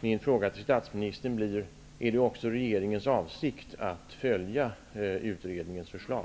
Min fråga till statsministern blir: Är det också regeringens avsikt att följa utredningens förslag?